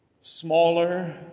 smaller